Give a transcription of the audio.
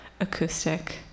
acoustic